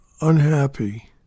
unhappy